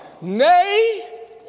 Nay